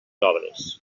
obres